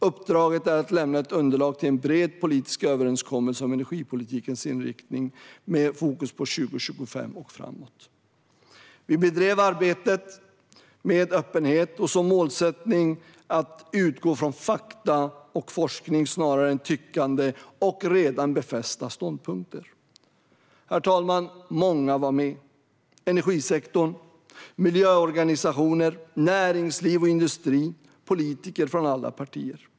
Uppdraget är att lämna ett underlag till en bred politisk överenskommelse om energipolitikens inriktning, med fokus på 2025 och framåt." Vi bedrev arbetet med öppenhet och hade som målsättning att utgå från fakta och forskning snarare än tyckande och redan befästa ståndpunkter. Herr talman! Många var med: energisektorn, miljöorganisationer, näringsliv och industri samt politiker från alla partier.